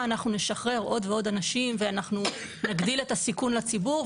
נשחרר עוד ועוד אנשים ונגדיל את הסיכון לציבור,